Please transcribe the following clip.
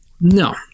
No